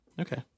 Okay